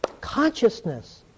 consciousness